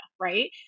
right